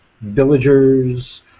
villagers